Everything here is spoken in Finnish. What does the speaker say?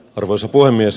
arvoisa puhemies